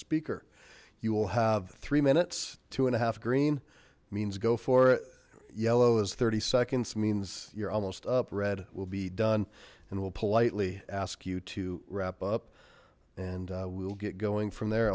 speaker you will have three minutes two and a half green means go for it yellow as thirty seconds means you're almost up red will be done and we'll politely ask you to wrap and we'll get going from there